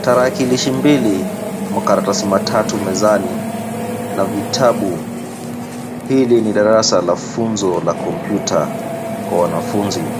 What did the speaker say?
Tarakilishi mbili, makaratasi matatu mezani na vitabu. Hili ni darasa la funzo la kompiuta kwa wanafunzi.